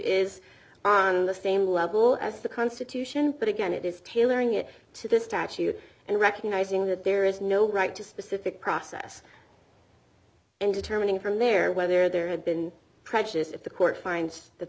is the same level as the constitution but again it is tailoring it to the statute and recognizing that there is no right to specific process and determining from there whether there had been precious if the court finds that